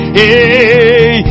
hey